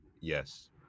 yes